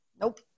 Nope